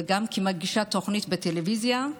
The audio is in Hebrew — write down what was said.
וגם כמגישת תוכנית בטלוויזיה.